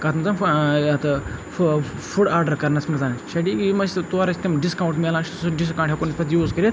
کتھ مَنٛز ٲں یَتھ ٲں فوڈ آرڈَر کَرنَس منٛز چھا ٹھیٖک یِم اسہِ تور اسہِ تِم ڈِسکاوُنٛٹ میلان چھِ سُہ ڈِسکاوُنٛٹ ہیٚکہوٗن پَتہٕ أسۍ یوٗز کٔرِتھ